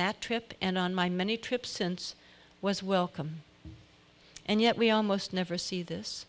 that trip and on my many trips since i was welcome and yet we almost never see this